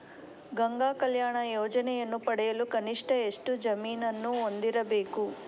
ಗಂಗಾ ಕಲ್ಯಾಣ ಯೋಜನೆಯನ್ನು ಪಡೆಯಲು ಕನಿಷ್ಠ ಎಷ್ಟು ಜಮೀನನ್ನು ಹೊಂದಿರಬೇಕು?